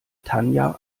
tanja